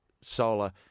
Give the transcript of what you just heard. solar